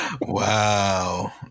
Wow